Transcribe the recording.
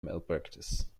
malpractice